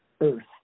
Earth